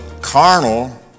carnal